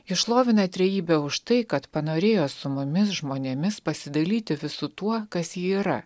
ji šlovina trejybę už tai kad panorėjo su mumis žmonėmis pasidalyti visu tuo kas ji yra